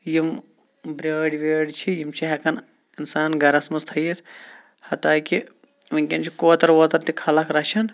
یِم بیٲر ویٲر چھِ یِم چھِ ہٮ۪کان اِنسان گرَس منٛز تھٲوِتھ یتاکہِ وٕنکیٚن چھِ کۄتر وۄتر تہِ خلق رَچھان